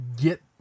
get